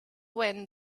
wind